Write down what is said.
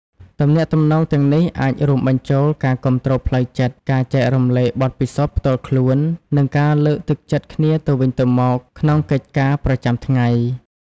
ទំនាក់ទំនងទាំងនេះអាចរួមបញ្ចូលការគាំទ្រផ្លូវចិត្ត ការចែករំលែកបទពិសោធន៍ផ្ទាល់ខ្លួន និងការលើកទឹកចិត្តគ្នាទៅវិញទៅមកក្នុងកិច្ចការប្រចាំថ្ងៃ។